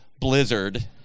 blizzard